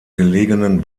gelegenen